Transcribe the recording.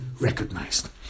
recognized